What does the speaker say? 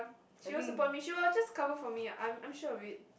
she will support me she will just cover for me ah I'm I'm sure of it